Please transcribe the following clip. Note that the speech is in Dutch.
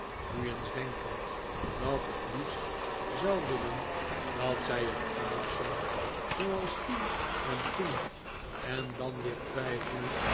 nu eens denkend dat ik liefst zou willen dat zij er uitzag zooals toen en toen en dan weer twijfelehd